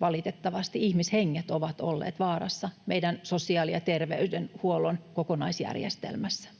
valitettavasti, ihmishenget ovat olleet vaarassa meidän sosiaali- ja terveydenhuollon kokonaisjärjestelmässä.